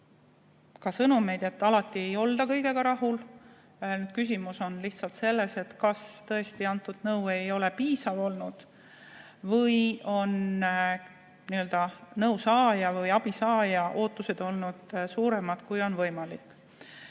ka sõnumeid, et alati ei olda kõigega rahul. Küsimus on nüüd lihtsalt selles, kas antud nõu ei ole olnud piisav või on nõu või abi saaja ootused olnud suuremad, kui on võimalik